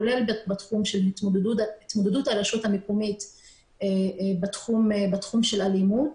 כולל בתחום של התמודדות הרשות המקומית בתחום של אלימות.